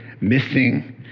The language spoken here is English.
missing